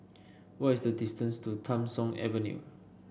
what is the distance to Tham Soong Avenue